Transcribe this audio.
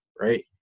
right